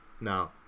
No